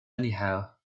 anyhow